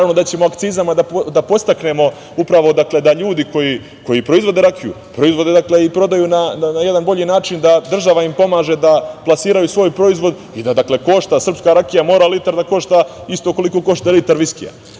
Naravno da ćemo akcizama da podstaknemo da ljudi koji proizvode rakiju, da je proizvode i prodaju na jedan bolji način, da im država pomaže da plasiraju svoj proizvod i da litar srpske rakije mora da košta isto koliko i litar viskija. Ne